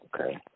Okay